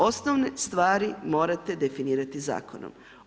Osnovne stvari morate definirati Zakonom.